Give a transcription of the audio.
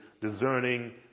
discerning